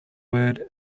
word